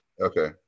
Okay